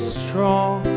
strong